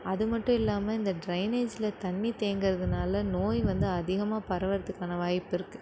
அது மட்டும் இல்லாமல் இந்த டிரைனேஜில் தண்ணி தேங்குறதுனால் நோய் வந்து அதிகமாக பரவுறதுக்கான வாய்ப்பு இருக்குது